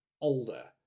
older